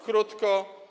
Krótko.